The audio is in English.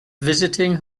visiting